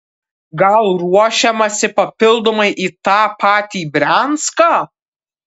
gal ruošiamasi papildomai į tą patį brianską